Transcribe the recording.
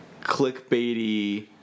clickbaity